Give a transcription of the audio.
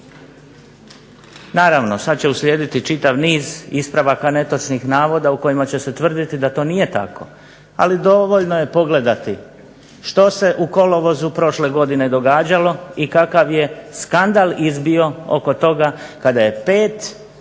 Naravno, sad će uslijediti čitav niz netočnih navoda u kojima će se tvrditi da to nije tako. Ali dovoljno je pogledati što se u kolovozu prošle godine događalo i kakav je skandal izbio oko toga kada je pet